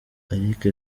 eric